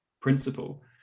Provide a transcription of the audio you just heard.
principle